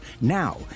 Now